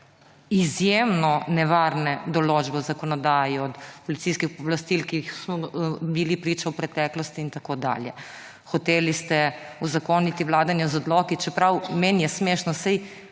izjemno nevarne določbe v zakonodaji, od policijskih pooblastil, ki smo jih bili priča in tako dalje. Hoteli ste uzakoniti vladanje z odloki, čeprav, meni je smešno, saj